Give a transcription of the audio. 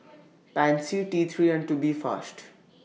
Pansy T three and Tubifast